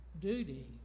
duty